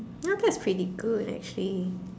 ya that's pretty good actually